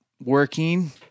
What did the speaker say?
working